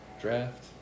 draft